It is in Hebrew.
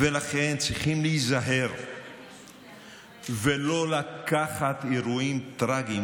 ולכן צריכים להיזהר ולא לקחת אירועים טרגיים